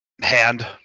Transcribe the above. Hand